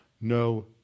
no